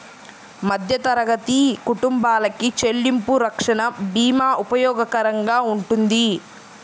మధ్యతరగతి కుటుంబాలకి చెల్లింపు రక్షణ భీమా ఉపయోగకరంగా వుంటది